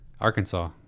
Arkansas